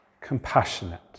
compassionate